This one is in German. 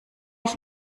ich